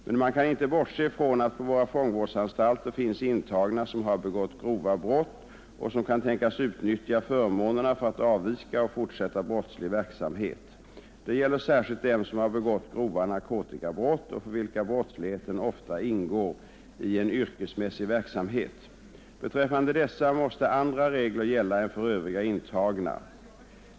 Men man kan inte bortse från att på våra fångvårdsanstalter finns intagna som har begått grova brott och som kan tänkas utnyttja förmånerna för att avvika och fortsätta brottslig verksamhet. Det gäller särskilt dem som har begått grova narkotikabrott och för vilka brottsligheten ofta ingår i en yrkesmässig verksamhet. Beträffande dessa måste andra regler gälla än för övriga intagna.